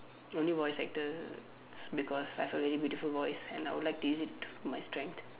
only voice actor because I have a really beautiful voice and I would like to use it to my strength